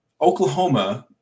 Oklahoma